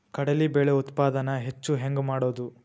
ಕಡಲಿ ಬೇಳೆ ಉತ್ಪಾದನ ಹೆಚ್ಚು ಹೆಂಗ ಮಾಡೊದು?